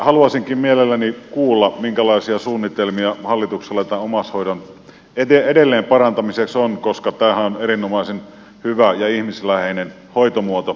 haluaisinkin mielelläni kuulla minkälaisia suunnitelmia hallituksella omaishoidon edelleen parantamiseksi on koska tämähän on erinomaisen hyvä ja ihmisläheinen hoitomuoto